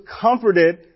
comforted